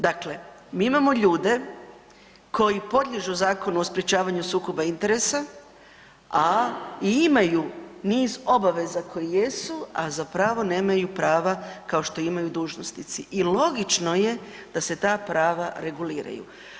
Dakle, mi imamo ljude koji podliježu Zakonu o sprječavanju sukoba interesa, a i imaju niz obaveza koji jesu, a zapravo nemaju prava kao što imaju dužnosnici i logično je da se ta prava reguliraju.